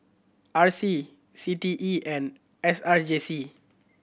R C C T E and S R J C